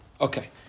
Okay